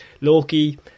Loki